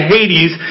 Hades